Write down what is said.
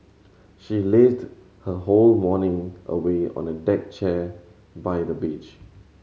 she lazed her whole morning away on a deck chair by the beach